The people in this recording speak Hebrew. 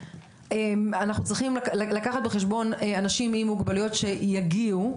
אנחנו צריכים לקחת בחשבון אנשים עם מוגבלויות שיגיעו,